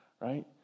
right